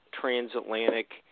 transatlantic